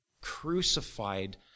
crucified